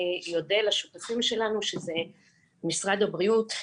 אודה לשותפים שלנו שזה משרד הבריאות,